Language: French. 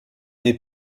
n’est